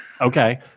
Okay